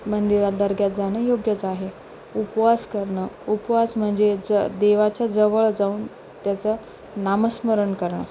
मंदिरात दर्ग्यात जाणं योग्यच आहे उपवास करणं उपवास म्हणजे ज देवाच्या जवळ जाऊन त्याचं नामस्मरण करणं